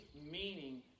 meaning